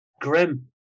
grim